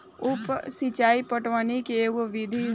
उप सिचाई पटवनी के एगो विधि ह